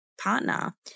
partner